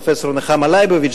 את פרופסור נחמה ליבוביץ,